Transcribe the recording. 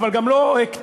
אבל גם לא קטנות,